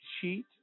cheat